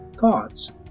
thoughts